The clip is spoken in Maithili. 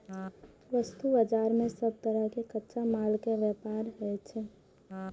वस्तु बाजार मे सब तरहक कच्चा माल के व्यापार होइ छै